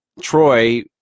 Troy